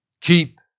keep